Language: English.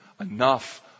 enough